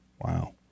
wow